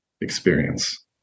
experience